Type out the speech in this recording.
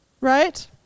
Right